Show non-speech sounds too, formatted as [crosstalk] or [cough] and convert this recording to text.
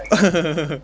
[laughs]